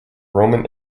roman